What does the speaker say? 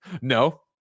No